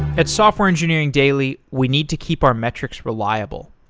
at software engineering daily, we need to keep our metrics reliable.